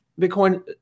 Bitcoin